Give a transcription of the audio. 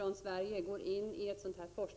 Är det sant?